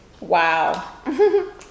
Wow